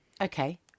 okay